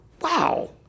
Wow